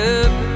up